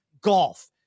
golf